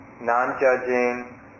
non-judging